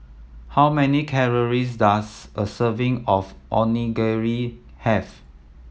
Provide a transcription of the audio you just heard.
how many calories does a serving of Onigiri have